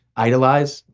idolize,